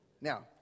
Now